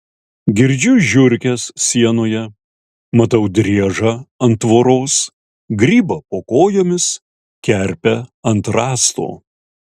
girdžiu žiurkes sienoje matau driežą ant tvoros grybą po kojomis kerpę ant rąsto